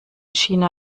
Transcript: china